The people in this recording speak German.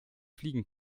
fliegen